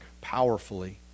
powerfully